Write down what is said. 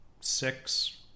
six